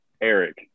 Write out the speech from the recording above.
eric